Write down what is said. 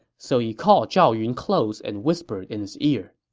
so he called zhao yun close and whispered in his ear,